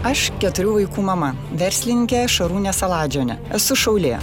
aš keturių vaikų mama verslininkė šarūnė saladžionė esu šaulė